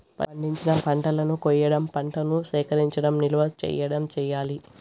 పండించిన పంటలను కొయ్యడం, పంటను సేకరించడం, నిల్వ చేయడం చెయ్యాలి